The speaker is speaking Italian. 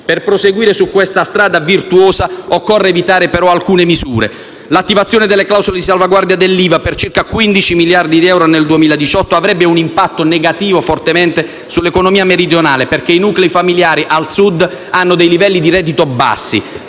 Per proseguire su questa strada virtuosa occorre evitare però alcune misure: l'attivazione delle clausole di salvaguardia dell'IVA per circa 15 miliardi di euro nel 2018 avrebbe un impatto fortemente negativo sull'economia meridionale, perché i nuclei familiari al Sud hanno livelli di reddito bassi.